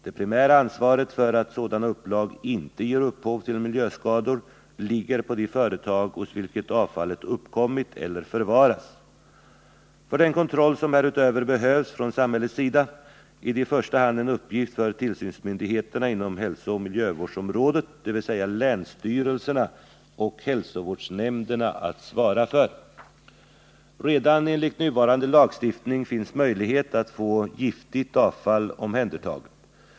Det primära ansvaret för att sådana upplag inte ger upphov till miljöskador ligger på de företag hos vilka avfallet uppkommit eller förvaras. Den kontroll som härutöver behövs från samhällets sida är i första hand en uppgift för tillsynsmyndigheterna inom hälsooch miljövårdsområdet, dvs. länsstyrelserna och hälsovårdsnämnderna. Redan enligt nuvarande lagstiftning finns möjligheter att få giftigt avfall omhändertaget.